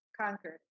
conquered